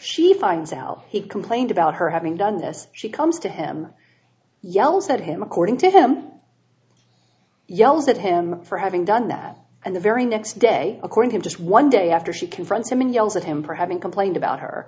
she finds out he complained about her having done this she comes to him yells at him according to him yells at him for having done that and the very next day according to him just one day after she confronts him and yells at him for having complained about her